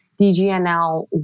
DGNL